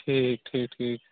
ٹھیٖک ٹھیٖک ٹھیٖک